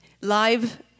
live